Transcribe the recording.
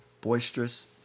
boisterous